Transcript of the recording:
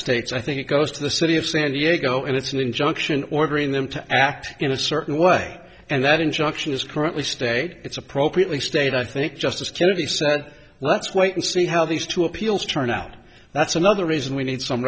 states i think it goes to the city of san diego and it's an injunction ordering them to act in a certain way and that injunction is currently state it's appropriately state i think justice kennedy said let's wait and see how these two appeals turn out that's another reason we need some